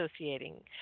associating